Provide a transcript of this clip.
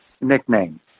nickname